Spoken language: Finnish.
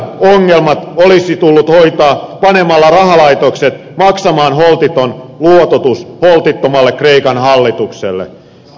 kreikan ongelmat olisi tullut hoitaa panemalla rahalaitokset maksamaan holtiton luototus holtittomalle kreikan hallitukselle